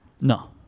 No